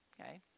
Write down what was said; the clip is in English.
okay